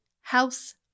House